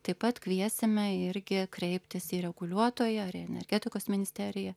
taip pat kviesime irgi kreiptis į reguliuotoją ar į energetikos ministeriją